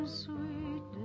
sweet